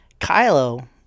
Kylo